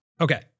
Okay